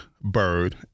Bird